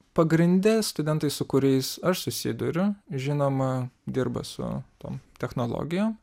pagrinde studentai su kuriais aš susiduriu žinoma dirba su tom technologijom